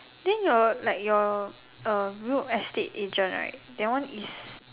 then your like your uh real estate agent right that one is